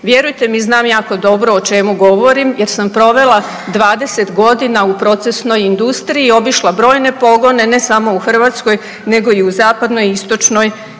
Vjerujte mi znam jako dobro o čemu govorim jer sam provela 20 godina u procesnoj industriji, obišla brojne pogone, ne samo u Hrvatskoj nego i u zapadnoj i istočnoj